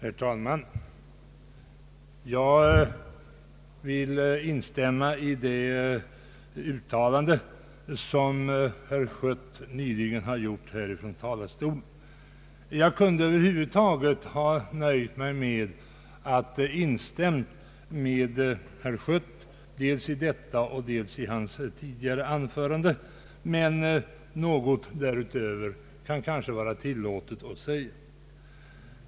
Herr talman! Jag vill instämma i det uttalande som herr Schött nyligen gjort här ifrån talarstolen. Jag kunde över huvud taget ha nöjt mig med att instämma i vad herr Schött sagt dels i sin replik, dels i sitt tidigare anförande. Något därutöver kanske dock kan vara tillåtet att säga.